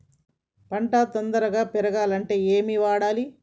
పంట తొందరగా పెరగాలంటే ఏమి వాడాలి?